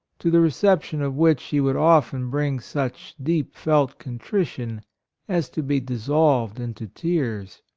to the reception of which she would often bring such deep-felt contrition as to be dissolved into tears.